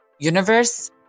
Universe